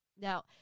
Now